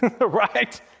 Right